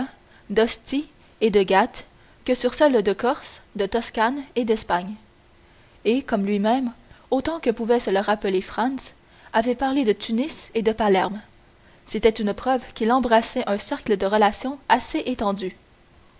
d'ostie et de gaëte que sur celles de corse de toscane et d'espagne et comme lui-même autant que pouvait se le rappeler franz avait parlé de tunis et de palerme c'était une preuve qu'il embrassait un cercle de relations assez étendu